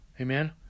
Amen